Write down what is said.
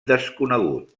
desconegut